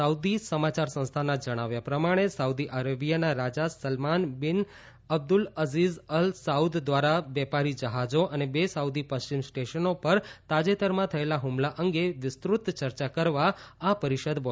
Saudi સમાચાર સંસ્થાના જણાવ્યા પ્રમાણે સાઉદી અરેબિયાના રાજા Salman bin Abdul Aziz Al Saud દ્વારા વેપારી જહાજો અને બે સાઉદી પશ્ચિમ સ્ટેશનો પર તાજેતરમાં થયેલા હુમલા અંગે વિસ્ત્રત ચર્ચા કરવા આ પરિષદ બોલાવી છે